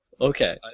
Okay